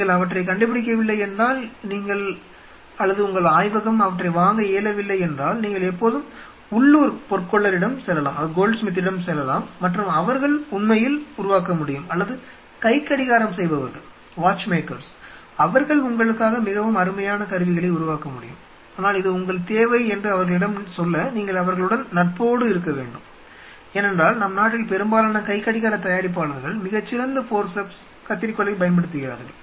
நீங்கள் அவற்றைக் கண்டுபிடிக்கவில்லை என்றால் நீங்கள் அல்லது உங்கள் ஆய்வகம் அவற்றை வாங்க இயலவில்லை என்றால் நீங்கள் எப்போதும் உள்ளூர் பொற்கொல்லரிடம் செல்லலாம் மற்றும் அவர்கள் உண்மையில் உருவாக்க முடியும் அல்லது கைக்கடிகாரம் செய்பவர்கள் அவர்கள் உங்களுக்காக மிகவும் அருமையான கருவிகளை உருவாக்க முடியும் ஆனால் இது உங்கள் தேவை என்று அவர்களிடம் சொல்ல நீங்கள் அவர்களுடன் நட்போடு இருக்க வேண்டும் ஏனென்றால் நம் நாட்டில் பெரும்பாலான கைக்கடிகாரத் தயாரிப்பாளர்கள் மிகச் சிறந்த ஃபோர்செப்ஸ் கத்தரிக்கோலைப் பயன்படுத்துகிறார்கள்